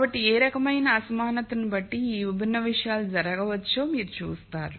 కాబట్టి ఏ రకమైన అసమానతను బట్టి ఈ విభిన్న విషయాలు జరగవచ్చో మీరు చూస్తారు